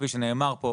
כפי שנאמר פה,